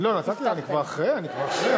אני אתן לך לדבר אחר כך.